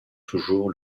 toujours